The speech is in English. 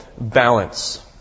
balance